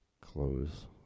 close